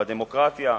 בדמוקרטיה.